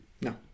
No